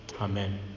Amen